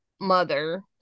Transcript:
mother